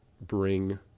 bring